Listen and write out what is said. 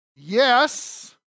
Yes